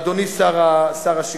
אדוני שר השיכון.